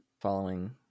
following